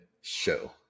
show